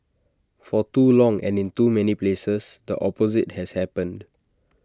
for too long and in too many places the opposite has happened